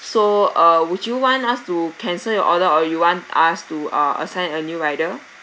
so uh would you want us to cancel your order or you want us to uh assign a new rider